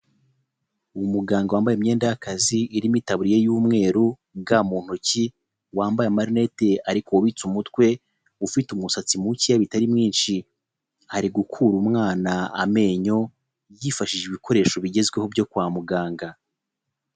Umuganga wambaye imyenda y'akazi irimo itaburiya y'umweru, ga mu ntoki, wambaye amarinete ariko wubitse umutwe, ufite umusatsi muke bitari mwinshi, ari gukura umwana amenyo, yifashishije ibikoresho bigezweho byo kwa muganga.